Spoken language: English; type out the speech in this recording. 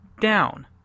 down